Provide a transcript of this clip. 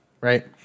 right